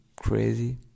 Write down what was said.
crazy